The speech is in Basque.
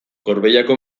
gorbeiako